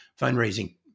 fundraising